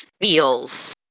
feels